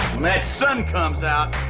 sun comes out,